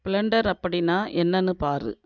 blender அப்படின்னா என்னன்னு பார்